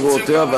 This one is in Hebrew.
רוצים ככה?